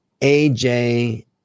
AJ